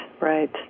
right